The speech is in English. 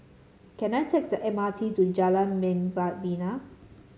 can I take the M R T to Jalan Membina